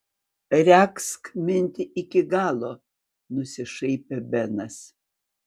regzk mintį iki galo nusišaipė benas